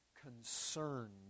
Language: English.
concerned